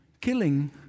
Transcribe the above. killing